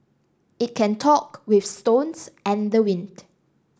it can talk with stones and the wind